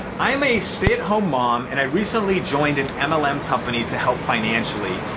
i'm a stay at home mom and i recently joined an mlm company to help financially.